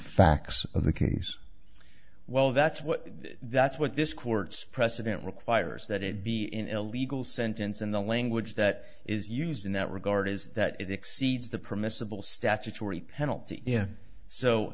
facts of the case well that's what that's what this court's precedent requires that it be illegal sentence and the language that is used in that regard is that it exceeds the permissible statutory penalty